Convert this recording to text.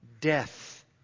death